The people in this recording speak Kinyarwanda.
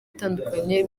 atandukanye